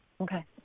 Okay